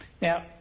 now